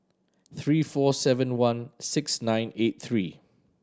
three four seven one six nine eight three